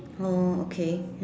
oh okay